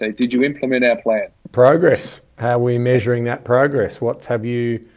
say, did you implement our plan progress? how are we measuring that progress? what's have you,